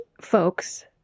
folks